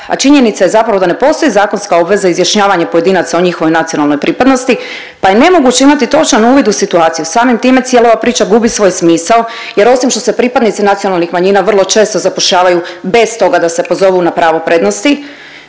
a činjenica je zapravo da ne postoji zakonska obveza izjašnjavanja pojedinaca o njihovoj nacionalnoj pripadnosti, pa je nemoguće imati točan uvid u situaciju. Samim time cijela ova priča gubi svoj smisao jer osim što se pripadnici nacionalnih manjina vrlo često zapošljavaju bez toga da se pozovu na pravo prednosti,